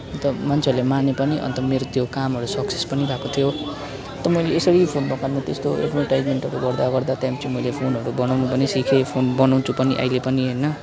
अन्त मान्छेहरूले मान्यो पनि अन्त मेरो त्यो कामहरू सक्सेस पनि भएको थियो त मैले यसरी फोन दोकानमा त्यस्तो एड्भर्टिजमेन्ट गर्दा गर्दा त्यहाँ पछि मैले फोनहरू बनाउनु पनि सिकेँ फोन बनाउछु पनि अहिले पनि होइन